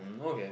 um okay